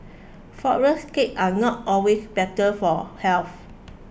Flourless Cakes are not always better for health